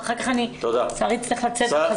ואחר כך לצערי אצטרך לצאת.